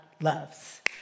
loves